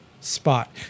spot